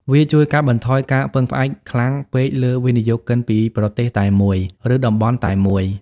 វាជួយកាត់បន្ថយការពឹងផ្អែកខ្លាំងពេកលើវិនិយោគិនពីប្រទេសតែមួយ ឬតំបន់តែមួយ។